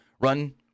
run